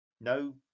No